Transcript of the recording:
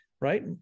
Right